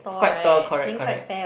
quite tall correct correct